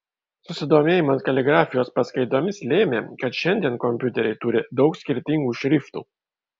susidomėjimas kaligrafijos paskaitomis lėmė kad šiandien kompiuteriai turi daug skirtingų šriftų